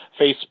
Facebook